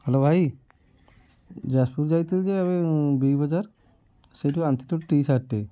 hello ଭାଇ ଯାଜପୁର ଯାଇଥିଲି ଯେ ବିଗ୍ବଜାର୍ ସେଇଠୁ ଆଣିଥିଲି ଗୋଟିଏ ଟିସାର୍ଟ୍ଟେ